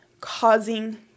causing